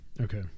Okay